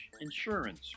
Insurance